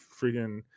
freaking